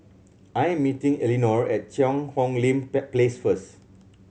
I am meeting Elinore at Cheang Hong Lim Place first